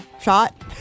shot